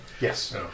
Yes